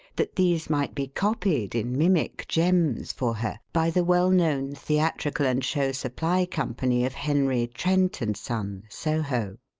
that these might be copied in mimic gems for her by the well-known theatrical and show supply company of henry trent and son, soho.